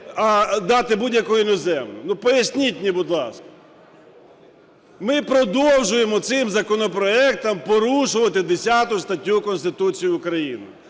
а дати будь-яку іноземну? Поясніть мені, будь ласка. Ми продовжуємо цим законопроектом порушувати 10 статтю Конституції України